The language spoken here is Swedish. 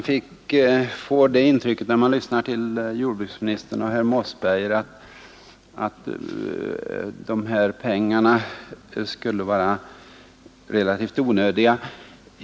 Herr talman! När man lyssnar på jordbruksministern och herr Mossberger får man det intrycket att de medel vi diskuterar skulle vara relativt onödiga.